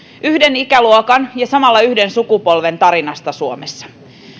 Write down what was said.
yhden ikäluokan ja samalla yhden sukupolven tarinasta suomessa